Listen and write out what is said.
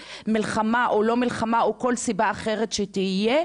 במלחמה או לא במלחמה או מכל סיבה אחרת שתהיה.